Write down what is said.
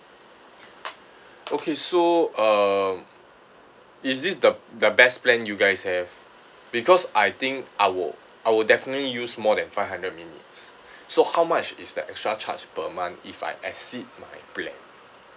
okay so uh is this the the best plan you guys have because I think I will I will definitely use more than five hundred minutes so how much is the extra charge per month if I exceed my plan